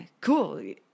cool